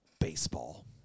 baseball